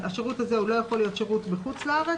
השירות הזה לא יכול להיות שירות בחוץ לארץ,